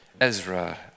Ezra